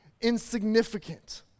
insignificant